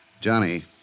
Johnny